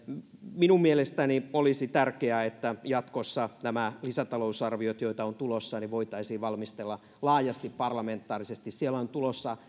minun mielestäni olisi tärkeää että jatkossa nämä lisätalousarviot joita on tulossa voitaisiin valmistella laajasti parlamentaarisesti siellä on tulossa